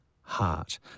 heart